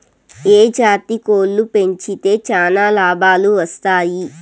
ఏ జాతి కోళ్లు పెంచితే చానా లాభాలు వస్తాయి?